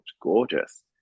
gorgeous